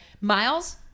Miles